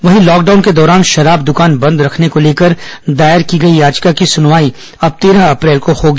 वहीं लॉकडाउन के दौरान शराब द्वकान बंद रखने को लेकर दायर याचिका की सुनवाई अब तेरह अप्रैल को होगी